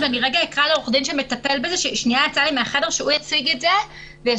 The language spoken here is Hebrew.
אקרא לעורך הדין שמטפל בזה שהוא יציג את זה ויסביר